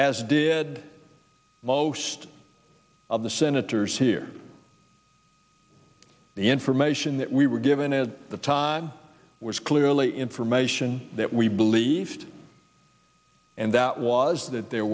as did most of the senators here the information that we were given at the time was clearly information that we believed and that was that there